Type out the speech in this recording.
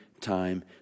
time